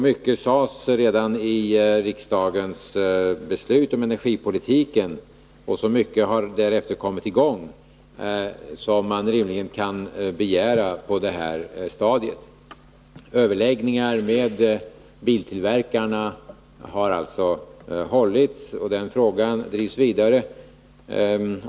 Mycket sades redan i riksdagens beslut om energipolitiken, och så mycket har därefter kommit i gång som man rimligen kan begära på det här stadiet. Överläggningar med biltillverkarna har alltså hållits, och den frågan drivs vidare.